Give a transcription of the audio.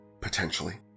Potentially